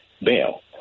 bail